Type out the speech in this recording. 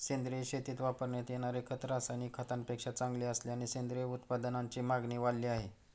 सेंद्रिय शेतीत वापरण्यात येणारे खत रासायनिक खतांपेक्षा चांगले असल्याने सेंद्रिय उत्पादनांची मागणी वाढली आहे